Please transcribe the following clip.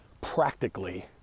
practically